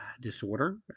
disorder